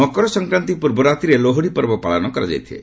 ମକର ସଂକ୍ରାନ୍ତି ପୂର୍ବ ରାତିରେ ଲୋଡିପର୍ବ ପାଳନ କରାଯାଇଥାଏ